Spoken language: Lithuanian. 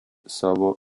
savo